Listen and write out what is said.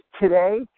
today